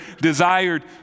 desired